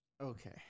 okay